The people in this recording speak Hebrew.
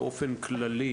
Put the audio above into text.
באופן כללי,